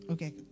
Okay